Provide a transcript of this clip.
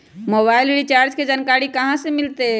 Mobile recharge के जानकारी कहा से मिलतै?